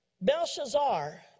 Belshazzar